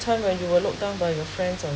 turn when you were look down by your friends or